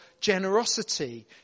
generosity